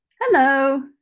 Hello